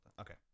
Okay